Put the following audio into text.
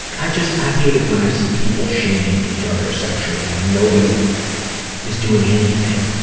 i just, i hate it when i see people shaming each other sexually, when nobody is doing anything